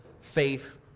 faith